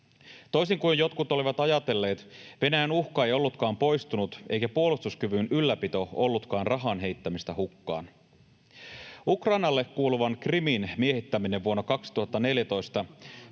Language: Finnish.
Toisin kuin jotkut olivat ajatelleet, Venäjän uhka ei ollutkaan poistunut eikä puolustuskyvyn ylläpito ollutkaan rahan heittämistä hukkaan. Ukrainalle kuuluvan Krimin miehittäminen vuonna 2014,